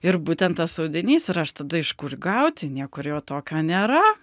ir būtent tas audinys ir aš tada iš kur gauti niekur jo tokio nėra